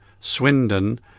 Swindon